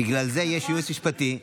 בגלל זה יש ייעוץ משפטי,